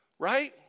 right